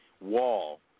wall